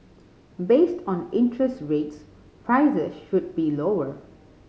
based on interest rates prices should be lower